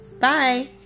Bye